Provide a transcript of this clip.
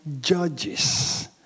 Judges